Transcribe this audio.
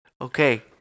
Okay